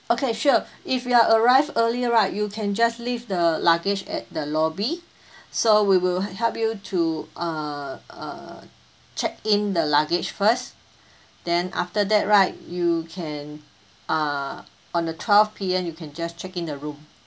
okay sure if you are arrive early right you can just leave the luggage at the lobby so we will help you to err err check in the luggage first then after that right you can err on the twelve P_M you can just check in the room